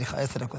סליחה, עשר דקות.